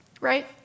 right